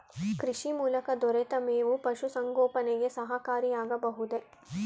ಕೃಷಿ ಮೂಲಕ ದೊರೆತ ಮೇವು ಪಶುಸಂಗೋಪನೆಗೆ ಸಹಕಾರಿಯಾಗಬಹುದೇ?